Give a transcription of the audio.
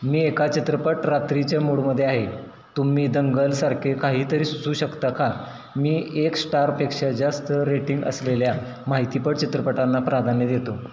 मी एका चित्रपट रात्रीच्या मूडमध्ये आहे तुम्ही दंगलसारखे काहीतरी सुचवू शकता का मी एक स्टारपेक्षा जास्त रेटिंग असलेल्या माहितीपट चित्रपटांना प्राधान्य देतो